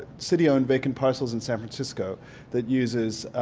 city owned vacant parcels in san francisco that uses